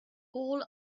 all